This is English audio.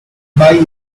pie